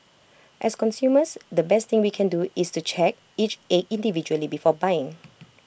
as consumers the best thing we can do is to check each egg individually before buying